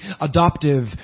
adoptive